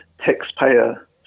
taxpayer